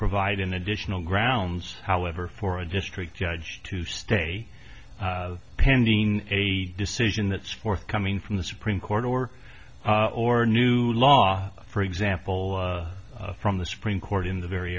provide an additional grounds however for a district judge to stay pending a decision that's forthcoming from the supreme court or or new law for example from the supreme court in the very